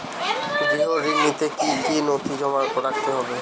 গৃহ ঋণ নিতে কি কি নথি জমা রাখতে হবে?